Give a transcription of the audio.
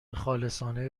خالصانه